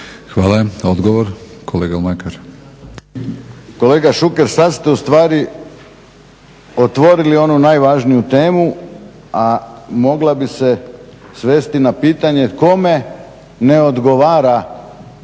Hvala. Odgovor, kolega Mlakar.